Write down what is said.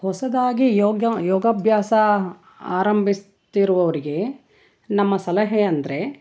ಹೊಸದಾಗಿ ಯೋಗ ಯೋಗಾಭ್ಯಾಸ ಆರಂಭಿಸ್ತಿರುವವರಿಗೆ ನಮ್ಮ ಸಲಹೆ ಅಂದರೆ